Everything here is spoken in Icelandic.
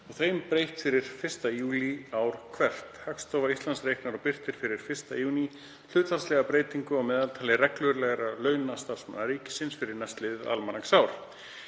og þeim breytt fyrir 1. júlí ár hvert. Hagstofa Íslands reiknar og birtir fyrir 1. júní hlutfallslega breytingu á meðaltali reglulegra launa starfsmanna ríkisins fyrir næstliðið almanaksár.